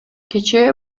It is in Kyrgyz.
кечээ